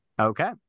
Okay